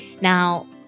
Now